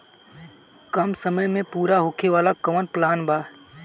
कम समय में पूरा होखे वाला कवन प्लान बा?